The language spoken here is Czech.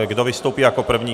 Kdo vystoupí jako první?